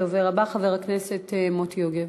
הדובר הבא, חבר הכנסת מוטי יוגב.